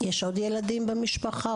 יש עוד ילדים במשפחה?